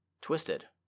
Twisted